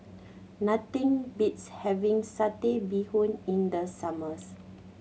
nothing beats having Satay Bee Hoon in the summers